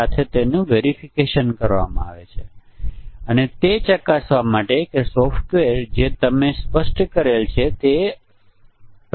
અન્યથા સમસ્યા જેને આપણે હલ કરી શકીએ છીએ તે વધુ જટિલ બની જાય છે પરંતુ પછી આપણે આ સરળ સમસ્યાને હલ કરવાનો પ્રયાસ કરીએ કે સમસ્યા સ્ટેટથી સ્વતંત્ર છે